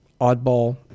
oddball